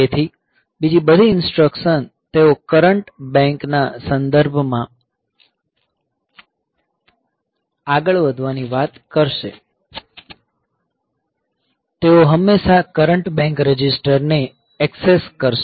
તેથી બીજી બધી ઇન્સટ્રકસન તેઓ કરંટ બેંક ના સંદર્ભમાં આગળ વધવાની વાત કરશે તેઓ હંમેશા કરંટ બેંક રજિસ્ટરને એક્સેસ કરશે